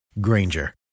Granger